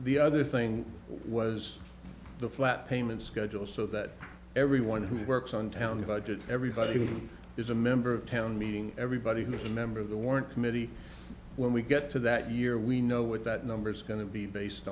the other thing was the flat payment schedule so that everyone who works on town budgets everybody is a member of town meeting everybody who is a member of the warrant committee when we get to that year we know what that number is going to be based